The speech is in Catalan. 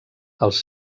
els